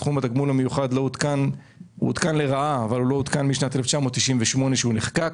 סכום התגמול המיוחד לא עודכן משנת 1998 כשהוא נחקק.